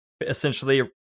essentially